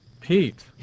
Pete